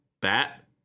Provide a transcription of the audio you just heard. bat